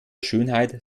schönheit